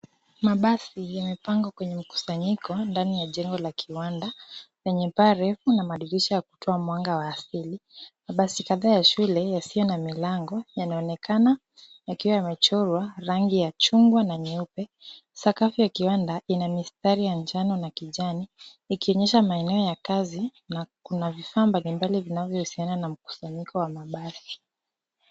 Mabasi yamepangwa kwenye mkusanyiko ndani ya jengo la kiwanda yenye taa refu na madisirisha ya kutoa mwanga wa asili. Mabasi kadhaa ya shule yasiyo na milango yanaonekana yakiwa yamechorwa rangi ya chungwa na nyeupe. Sakafu ya kiwanda ina mistari ya manjano na kijani ikionyesha maeneo ya kazi na kuna vifaa mbalimbali yanayohusiana na mkusanyiko wa mabasi.